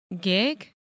gig